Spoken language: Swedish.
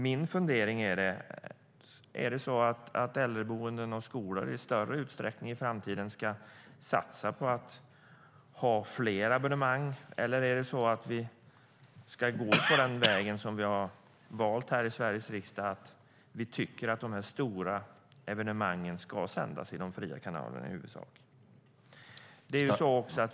Min fundering är: Ska äldreboenden och skolor i framtiden i större utsträckning satsa på att ha fler abonnemang, eller ska vi gå den väg vi har valt här i Sveriges riksdag - att vi tycker att de stora evenemangen i huvudsak ska sändas i de fria kanalerna?